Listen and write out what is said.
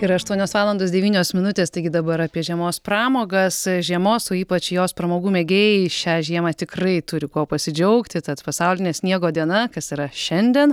yra aštuonios valandos devynios minutės taigi dabar apie žiemos pramogas žiemos o ypač jos pramogų mėgėjai šią žiemą tikrai turi kuo pasidžiaugti tad pasaulinė sniego diena kas yra šiandien